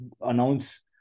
announce